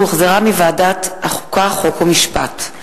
שהחזירה ועדת החוקה, חוק ומשפט.